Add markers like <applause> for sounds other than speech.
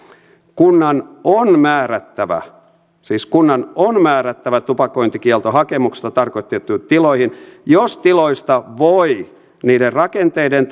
kunnan on määrättävä siis kunnan on määrättävä tupakointikielto hakemuksessa tarkoitettuihin tiloihin jos tiloista voi niiden rakenteiden <unintelligible>